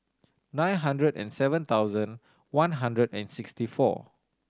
nine hundred and seven thousand one hundred and sixty four